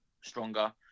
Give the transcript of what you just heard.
stronger